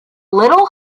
little